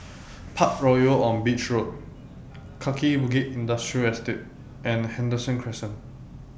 Parkroyal on Beach Road Kaki Bukit Industrial Estate and Henderson Crescent